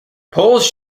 polls